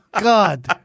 God